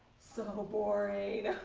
so boring.